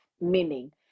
meaning